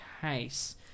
case